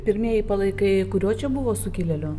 pirmieji palaikai kurio čia buvo sukilėlio